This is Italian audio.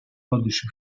codice